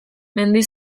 mendi